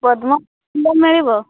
ପଦ୍ମ ଫୁଲ ମିଳିବ